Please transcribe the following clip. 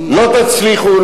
לא תצליחו,